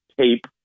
tape